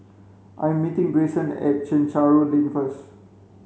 I'm meeting Grayson at Chencharu Lane first